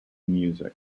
music